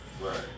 Right